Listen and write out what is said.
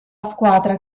squadra